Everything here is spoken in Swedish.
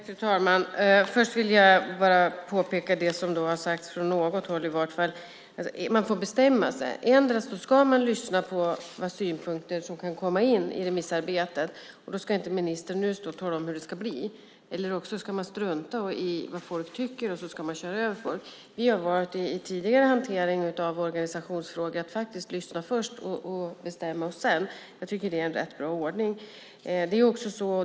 Fru talman! Först vill jag bara kommentera det som har sagts från något håll i varje fall. Man får bestämma sig. Antingen ska man lyssna på synpunkter som kan komma in i remissarbetet, och då ska inte ministern nu stå och tala om hur det ska bli, eller också ska man strunta i vad folk tycker och köra över folk. Vi har i tidigare hantering av organisationsfrågor valt att lyssna först och bestämma oss sedan. Jag tycker att det är en rätt bra ordning.